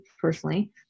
personally